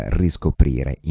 riscoprire